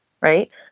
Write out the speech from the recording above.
right